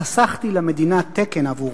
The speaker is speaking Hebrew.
חסכתי למדינה 'תקן' עבורו,